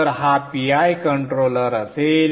तर हा PI controller असेल